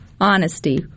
honesty